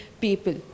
people